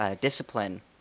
discipline